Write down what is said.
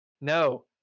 No